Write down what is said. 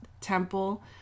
temple